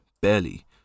Barely